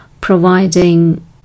providing